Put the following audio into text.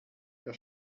der